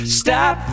stop